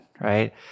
right